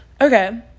okay